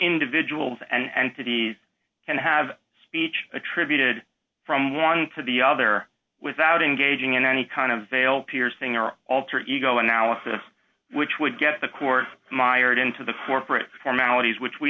individuals and cities can have speech attributed from one to the other without engaging in any kind of veil piercing or alter ego analysis which would get the court mired into the corporate formalities which we